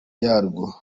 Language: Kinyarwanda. yarwo